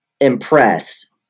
impressed